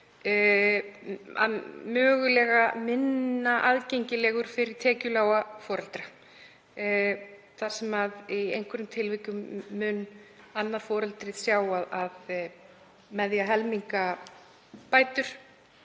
mögulega minna aðgengileg fyrir tekjulága foreldra, þar sem í einhverjum tilvikum mun annað foreldrið sjá að með því að helminga bætur